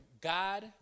God